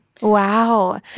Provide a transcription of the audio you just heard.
Wow